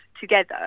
together